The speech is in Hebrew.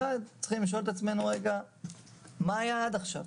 ראשית, צריך לשאול את עצמנו רגע מה היה עד עכשיו.